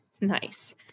Nice